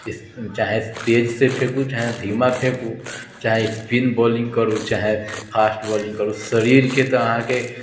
चाहे तेजसँ फेकू चाहे धीमा फेकू चाहे स्पिन बॉलिङ्ग करू चाहे फास्ट बॉलिङ्ग करू शरीरके तऽ अहाँके